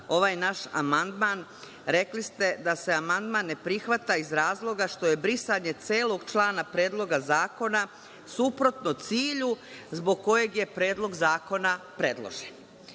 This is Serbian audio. ovaj naš amandman, rekli da se amandman ne prihvata iz razloga što je brisanje celog člana Predloga zakona suprotno cilju zbog kojeg je predlog zakona predložen.